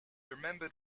remembered